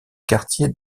quartier